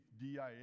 DIA